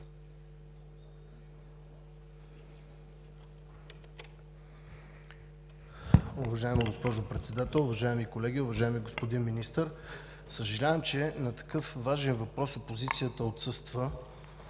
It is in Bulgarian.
Уважаема госпожо Председател, уважаеми колеги, уважаеми господин Министър! Съжалявам, че на такъв важен въпрос опозицията отсъства.